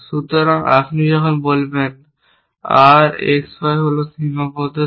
সুতরাং আপনি যখন বলবেন R X Y হল সীমাবদ্ধতা